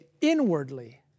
inwardly